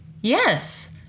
yes